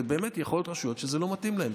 ובאמת יכולות להיות רשויות שזה לא מתאים להן,